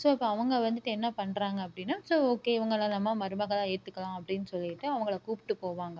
so அப்போ அவங்க வந்துவிட்டு என்ன பண்ணுறாங்க அப்படின்னா ஸோ ஓகே இவங்களை நம்ம மருமகளாக ஏத்துக்கலாம் அப்படின்னு சொல்லிவிட்டு அவங்களை கூப்பிட்டு போவாங்க